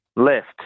Left